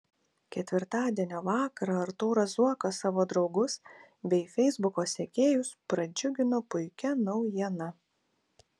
ketvirtadienio vakarą artūras zuokas savo draugus bei feisbuko sekėjus pradžiugino puikia naujiena